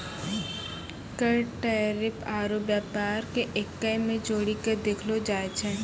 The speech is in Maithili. कर टैरिफ आरू व्यापार के एक्कै मे जोड़ीके देखलो जाए छै